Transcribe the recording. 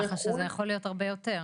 ככה שזה יכול להיות הרבה יותר.